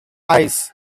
eyes